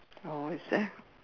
oh is there